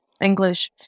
English